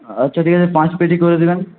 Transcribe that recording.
আচ্ছা ঠিক আছে পাঁচ পেটি করে দেবেন